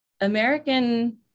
American